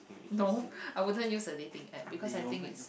no I wouldn't use the dating app because I think it's